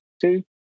Two